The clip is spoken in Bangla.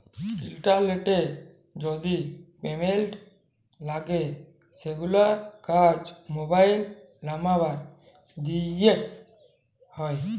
ইলটারলেটে যদি পেমেল্ট লাগে সেগুলার কাজ মোবাইল লামবার দ্যিয়ে হয়